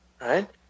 right